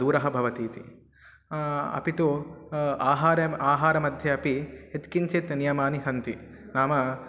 दूरं भवतु इति अपि तु आहारे म् आहारमध्ये अपि यत्किञ्चित् नियमाः सन्ति नाम